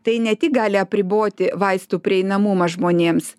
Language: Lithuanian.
tai ne tik gali apriboti vaistų prieinamumą žmonėms